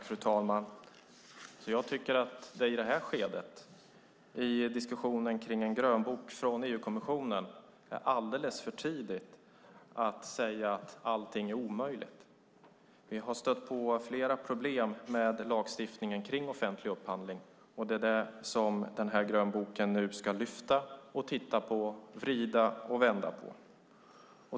Fru talman! Jag tycker att det i det här skedet, i diskussionen om en grönbok från EU-kommissionen, är alldeles för tidigt att säga att allting är omöjligt. Vi har stött på flera problem med lagstiftningen kring offentlig upphandling, och det är det som den här grönboken nu ska lyfta fram, titta på, vrida och vända på.